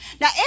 Now